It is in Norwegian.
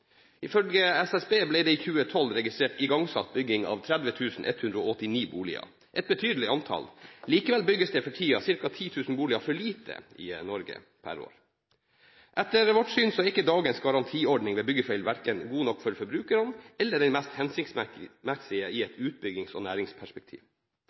Ifølge SSB, Statistisk sentralbyrå, ble det i 2012 registrert igangsatt bygging av 30 189 boliger – et betydelig antall. Likevel bygges det for tiden ca. 10 000 boliger for lite i Norge per år. Etter vårt syn er ikke dagens garantiordning ved byggefeil verken god nok for forbrukerne eller den mest hensiktsmessige i